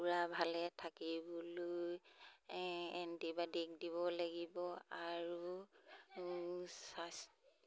কুকুৰা ভালে থাকিবলৈ এ এণ্টিবায়'টিক দিব লাগিব আৰু